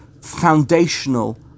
foundational